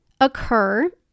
occur